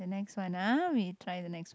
next one ah we try the next one